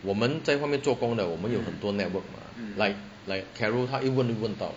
我们在外面做工的我们有很多 network mah like like carol 他一问就问到